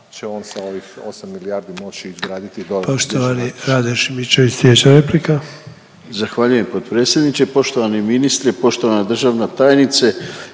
će on sa ovih osam milijardi moći izgraditi